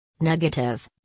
Negative